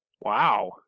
Wow